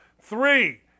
Three